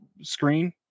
screen